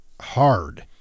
hard